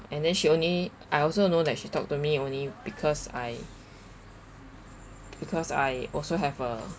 and then she only I also know like she talked to me only because I because I also have a